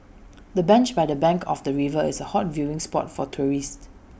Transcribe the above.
the bench by the bank of the river is A hot viewing spot for tourists